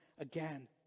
again